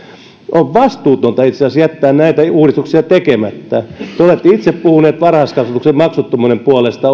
on itse asiassa vastuutonta jättää näitä uudistuksia tekemättä te olette itse puhunut varhaiskasvatuksen maksuttomuuden puolesta